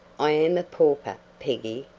i am a pauper, peggy,